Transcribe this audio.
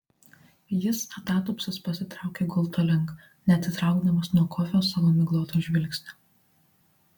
jis atatupstas pasitraukė gulto link neatitraukdamas nuo kofio savo migloto žvilgsnio